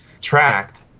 tracked